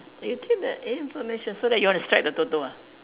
you take the information so that you want strike the Toto ah